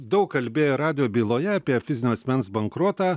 daug kalbėję radijo byloje apie fizinio asmens bankrotą